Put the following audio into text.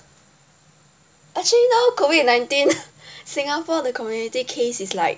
actually now COVID nineteen Singapore the community case is like